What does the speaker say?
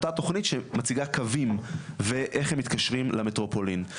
אותה תוכנית שמציגה קווים ואיך הם מתקשרים למטרופולין.